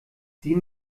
sieh